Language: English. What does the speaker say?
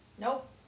Nope